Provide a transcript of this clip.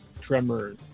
tremor